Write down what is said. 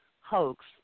hoax